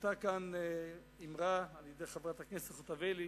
צוטטה כאן אמרה על-ידי חברת הכנסת חוטובלי,